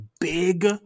big